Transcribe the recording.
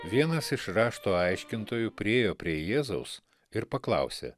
vienas iš rašto aiškintojų priėjo prie jėzaus ir paklausė